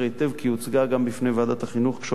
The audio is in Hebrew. כי היא הוצגה גם בפני ועדת החינוך כשהוא עמד בראשה.